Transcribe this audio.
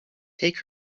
take